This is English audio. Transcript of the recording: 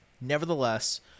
Nevertheless